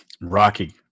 Rocky